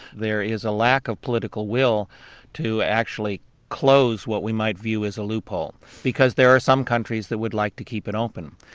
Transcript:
there is a lack of political will to actually close what we might view as a loophole because there are some countries that would like to keep it open.